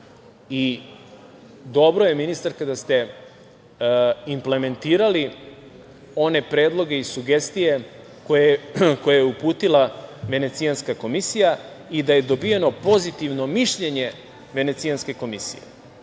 Dobro je, ministarka, da ste implementirali one predloge i sugestije koje je uputila Venecijanska komisija i da je dobijeno pozitivno mišljenje Venecijanske komisije. Na